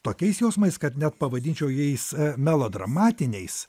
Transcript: tokiais jausmais kad net pavadinčiau jais melodramatiniais